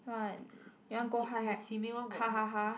what you want to go high ha ha ha